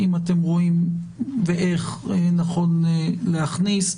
אם אתם רואים ואיך נכון להכניס.